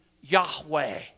Yahweh